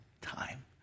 time